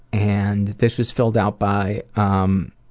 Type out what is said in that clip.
and this is filled out by um